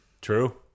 True